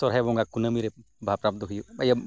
ᱥᱚᱦᱨᱟᱭ ᱵᱚᱸᱜᱟ ᱠᱩᱱᱟᱹᱢᱤ ᱨᱮ ᱵᱟᱦᱟ ᱯᱚᱨᱚᱵᱽ ᱫᱚ ᱦᱩᱭᱩᱜᱼᱟ ᱤᱭᱟᱹ